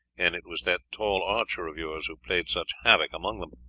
and it was that tall archer of yours who played such havoc among them.